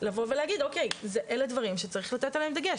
לבוא ולהגיד אוקיי אלו דברים שצריך לתת להם דגש,